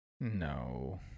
No